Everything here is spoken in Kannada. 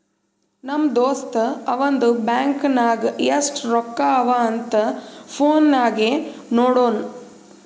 ನಮ್ ದೋಸ್ತ ಅವಂದು ಬ್ಯಾಂಕ್ ನಾಗ್ ಎಸ್ಟ್ ರೊಕ್ಕಾ ಅವಾ ಅಂತ್ ಫೋನ್ ನಾಗೆ ನೋಡುನ್